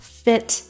fit